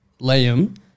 Liam –